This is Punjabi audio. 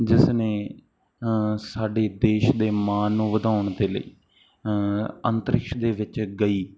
ਜਿਸ ਨੇ ਸਾਡੇ ਦੇਸ਼ ਦੇ ਮਾਣ ਨੂੰ ਵਧਾਉਣ ਦੇ ਲਈ ਅੰਤਰਿਸ਼ ਦੇ ਵਿੱਚ ਗਈ